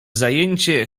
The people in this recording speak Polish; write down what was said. zajęcie